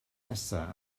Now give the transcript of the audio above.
nesaf